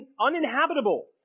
uninhabitable